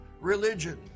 religion